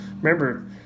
Remember